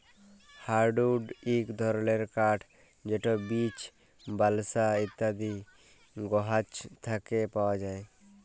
hardwood ইক ধরলের কাঠ যেট বীচ, বালসা ইত্যাদি গাহাচ থ্যাকে পাউয়া যায়